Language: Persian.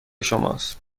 شماست